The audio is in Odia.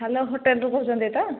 ହେଲୋ ହୋଟେଲରୁ କହୁଛନ୍ତି ତ